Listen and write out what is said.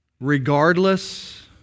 Regardless